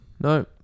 No